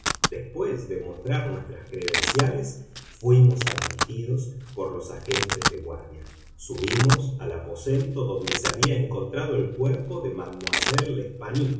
después de mostrar nuestras credenciales fuimos admitidos por los agentes de guardia subimos al aposento donde se había encontrado el cuerpo de